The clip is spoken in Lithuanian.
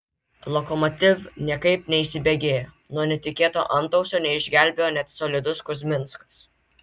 lokomotiv niekaip neįsibėgėja nuo netikėto antausio neišgelbėjo net solidus kuzminskas